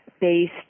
based